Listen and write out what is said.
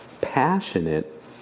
passionate